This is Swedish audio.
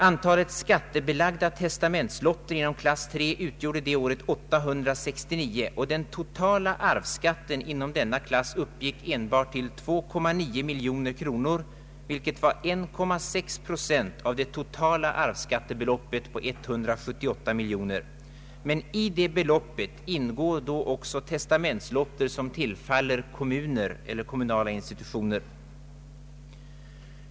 Antalet skattebelagda testamentslotter inom klass 3 utgjorde det året 869, och den totala arvsskatten inom denna klass uppgick enbart till 2,9 miljoner kronor, vilket var 1,6 procent av det totala arvsskattebeloppet på 178 miljoner kronor. I detta belopp ingår då också testamentslotter som tillfaller kommuner eller kommunala institutioner.